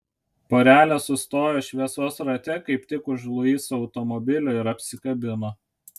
porelė sustojo šviesos rate kaip tik už luiso automobilio ir apsikabino